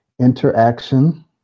interaction